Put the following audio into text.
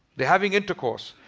they having intercourse.